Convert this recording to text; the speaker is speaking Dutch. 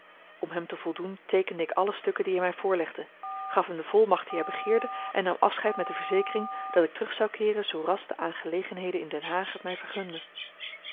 om hem te voldoen teekende ik alle stukken die hij mij voorlegde gaf hem de volmacht die hij begeerde en nam afscheid met de verzekering dat ik terug zou keeren zoo ras de aangelegenheden in den haag het mij vergunden